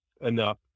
enough